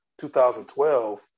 2012